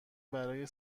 برای